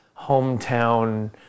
hometown